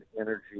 energy